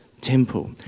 temple